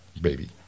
baby